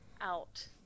out